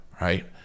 right